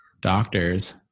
doctors